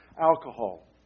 alcohol